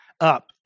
up